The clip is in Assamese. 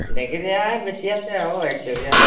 ডেৰকেজীয়াই বেছি আছে আৰু এককেজীয়া